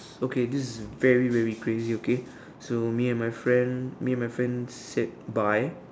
okay this is very very crazy okay so me and my friend me and my friend said bye